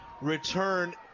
return